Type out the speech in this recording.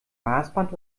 maßband